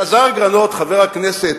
אלעזר גרנות, חבר הכנסת,